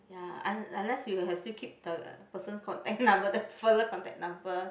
ya un~ unless you have still keep the person's contact number the fella contact number